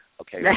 Okay